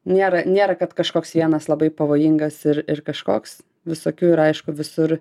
nėra nėra kad kažkoks vienas labai pavojingas ir kažkoks visokių yra aišku visur